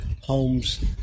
homes